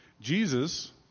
Jesus